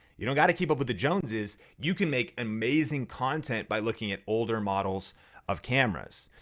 you don't got to keep up with the joneses, you can make amazing content by looking at older models of cameras.